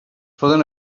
poden